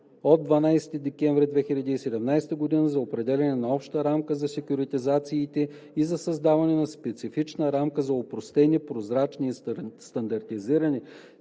от 12 декември 2017 г. за определяне на обща рамка за секюритизациите и за създаване на специфична рамка за опростени, прозрачни и стандартизирани